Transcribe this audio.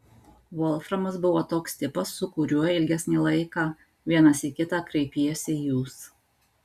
volframas buvo toks tipas su kuriuo ilgesnį laiką vienas į kitą kreipiesi jūs